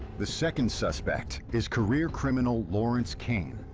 the second suspect is career criminal lawrence kane.